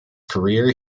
career